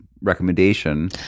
recommendation